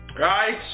right